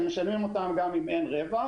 שנשלם אותם גם אם אין רווח,